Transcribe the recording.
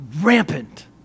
rampant